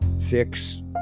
Fix